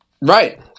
Right